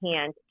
hand